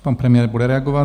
Pan premiér bude reagovat.